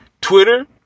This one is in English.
Twitter